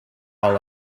are